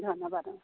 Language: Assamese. ধন্যবাদ অ